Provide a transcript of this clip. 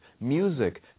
music